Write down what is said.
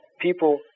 people